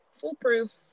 foolproof